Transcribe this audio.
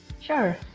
Sure